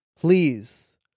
Please